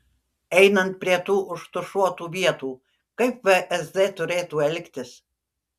einant prie tų užtušuotų vietų kaip vsd turėtų elgtis